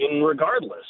regardless